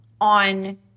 on